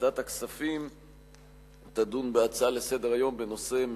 ועדת הכספים תדון בהצעה לסדר-היום בנושא: